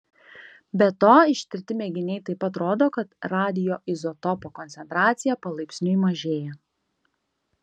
be to ištirti mėginiai taip pat rodo kad radioizotopo koncentracija palaipsniui mažėja